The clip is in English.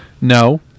No